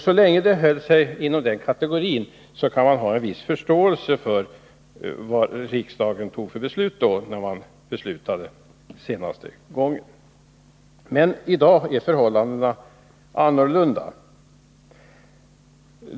Så länge problemet höll sig inom den kategorin företag, kan man ha en viss förståelse för det beslut riksdagen senast fattade. Men i dag är förhållandena annorlunda.